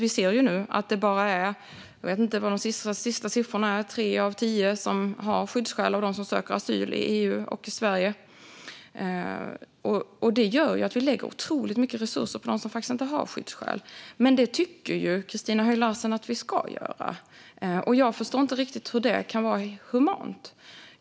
Vi ser att det är tre av tio som har skyddsskäl - jag vet inte vilka de senaste siffrorna är - av dem som söker asyl i EU och i Sverige. Det gör att vi lägger otroligt mycket resurser på dem som faktiskt inte har skyddsskäl, men det tycker ju Christina Höj Larsen att vi ska göra. Jag förstår inte riktigt hur det kan vara humant.